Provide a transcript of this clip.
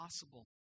possible